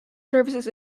services